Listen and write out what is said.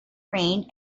rained